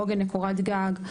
העוגן לקורת גג,